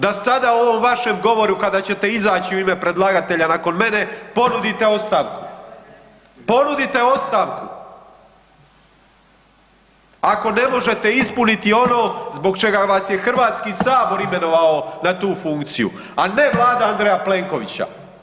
Da sada u ovom vašem govoru kada ćete izaći u ime predlagatelja nakon mene ponudite ostavku, ponudite ostavku, ako ne možete ispuniti ono zbog čega vas je HS imenovao na tu funkciju, a ne Vlada Andreja Plenkovića.